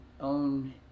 own